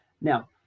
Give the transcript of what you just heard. Now